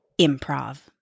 improv